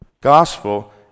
gospel